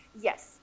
Yes